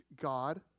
god